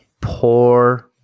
poor